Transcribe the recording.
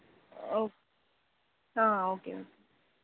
oh okay okay